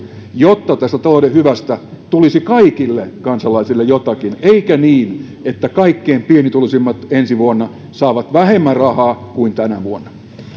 jotta tästä talouden hyvästä tulisi kaikille kansalaisille jotakin eikä niin että kaikkein pienituloisimmat ensi vuonna saavat vähemmän rahaa kuin tänä vuonna